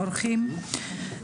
אורחים,